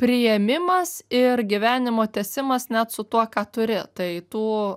priėmimas ir gyvenimo tęsimas net su tuo ką turi tai tų